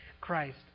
Christ